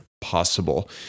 possible